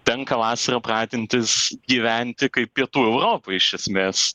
tenka vasarą pratintis gyventi kaip pietų europoj iš esmės